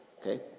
okay